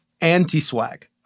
anti-swag